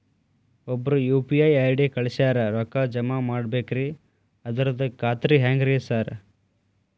ಒಬ್ರು UPI ID ಕಳ್ಸ್ಯಾರ ರೊಕ್ಕಾ ಜಮಾ ಮಾಡ್ಬೇಕ್ರಿ ಅದ್ರದು ಖಾತ್ರಿ ಹೆಂಗ್ರಿ ಸಾರ್?